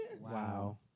Wow